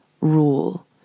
rule